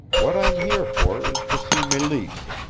what i'm here for is to see meleese.